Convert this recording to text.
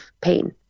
pain